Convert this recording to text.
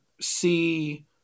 see